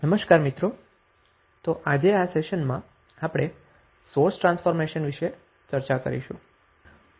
નમસ્કાર મિત્રો તો આજે આ સેશનમાં આપણે સોર્સ ટ્રાન્સફોર્મેશન વિશે ચર્ચા કરીશું